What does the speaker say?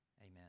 amen